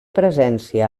presència